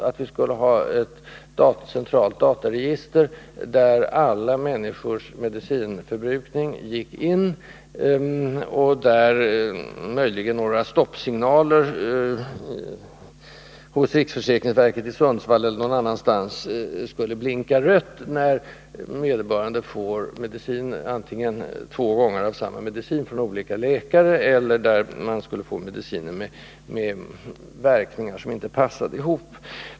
Det skulle finnas ett centralt dataregister där alla människors medicinförbrukning gick in och där möjligen några stoppsignaler hos riksförsäkringsverket i Sundsvall eller någon annanstans skulle blinka rött när vederbörande antingen får samma medicin två gånger från olika läkare eller får mediciner med verkningar som inte passar ihop.